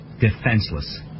defenseless